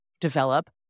develop